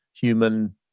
human